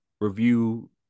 review